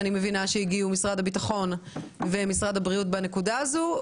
הגיעו משרד הביטחון ומשרד הבריאות בנקודה הזו,